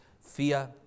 fear